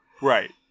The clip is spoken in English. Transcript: Right